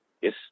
Yes